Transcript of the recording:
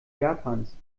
japans